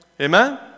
Amen